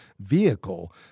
vehicle